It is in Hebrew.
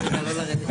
(היו"ר גלעד קריב)